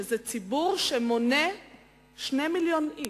שזה ציבור שמונה 2 מיליוני איש,